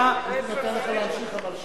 הייתי נותן לך להמשיך, אבל,